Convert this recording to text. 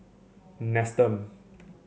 Nestum